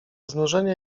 znużenia